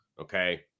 okay